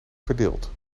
verdeelt